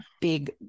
big